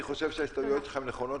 אני חושב שההסתייגויות שלך הן נכונות.